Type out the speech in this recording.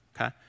okay